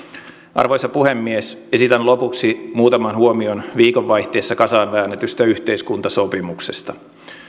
arvoisa puhemies esitän lopuksi muutaman huomion viikonvaihteessa kasaan väännetystä yhteiskuntasopimuksesta